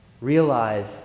realize